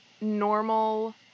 normal